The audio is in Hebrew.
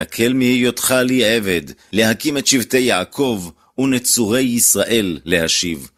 הקל מהיותך לי עבד, להקים את שבטי יעקב ונצורי ישראל להשיב.